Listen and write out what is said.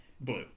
blue